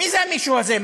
מי זה המישהו הזה?